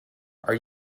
are